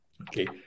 Okay